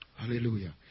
Hallelujah